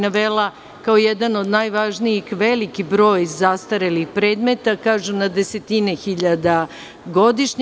Navela bih kao jedan od najvažnijih, veliki broj zastarelih predmeta, kažu na desetine hiljada godišnje.